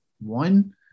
one